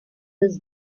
this